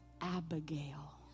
Abigail